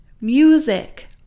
music